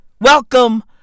Welcome